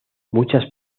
muchas